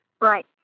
Right